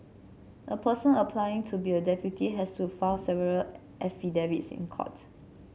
a person applying to be a deputy has to file several affidavits in court